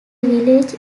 village